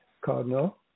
Cardinal